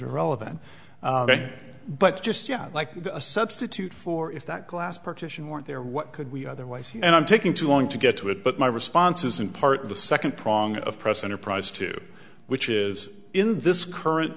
irrelevant but just like a substitute for if that glass partition weren't there what could we otherwise and i'm taking too long to get to it but my response is in part the second prong of press enterprise too which is in this current